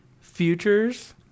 futures